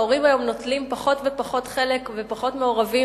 ההורים היום נוטלים פחות ופחות חלק ופחות מעורבים,